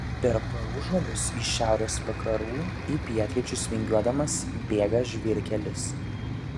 per paužuolius iš šiaurės vakarų į pietryčius vingiuodamas bėga žvyrkelis